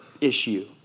issue